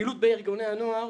הפעילות בארגוני הנוער